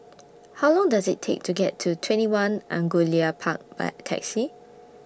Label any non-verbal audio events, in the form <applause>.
<noise> How Long Does IT Take to get to TwentyOne Angullia Park By Taxi